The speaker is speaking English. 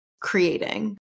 creating